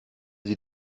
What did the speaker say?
sie